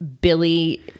Billy